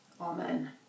Amen